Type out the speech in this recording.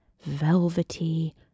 velvety